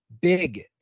big